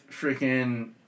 freaking